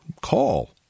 call